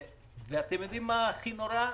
אתם יודעים מה הכי נורא?